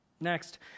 Next